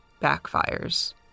backfires